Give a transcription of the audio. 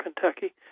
Kentucky